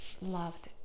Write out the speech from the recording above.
loved